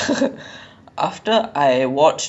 it's like a lot of people ah